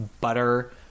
butter